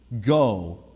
go